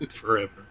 Forever